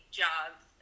jobs